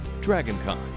DragonCon